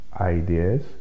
ideas